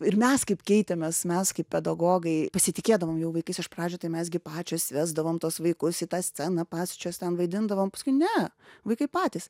ir mes kaip keitėmės mes kaip pedagogai pasitikėdavom jau vaikais iš pradžių tai mes gi pačios vesdavom tuos vaikus į tą sceną pačios ten vaidindavom paskui ne vaikai patys